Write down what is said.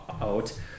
out